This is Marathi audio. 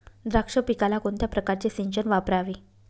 द्राक्ष पिकाला कोणत्या प्रकारचे सिंचन वापरावे?